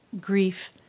grief